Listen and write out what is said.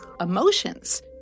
emotions